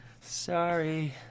Sorry